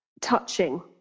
touching